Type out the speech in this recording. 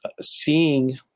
seeing